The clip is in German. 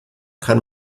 kann